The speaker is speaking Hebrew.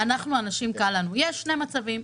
יש שני מצבים,